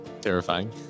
Terrifying